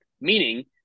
meaning